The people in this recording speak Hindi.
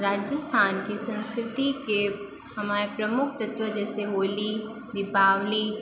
राजस्थान के संस्कृति के हमारे प्रमुख तत्व जैसे होली दीपावली